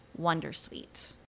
wondersuite